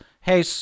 hey